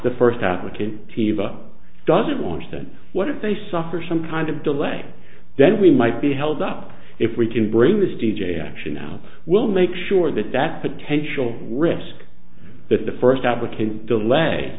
the first applicant tiva doesn't want to send what if they suffer some kind of delay then we might be held up if we can bring this d j action now we'll make sure that that potential risk that the first application delay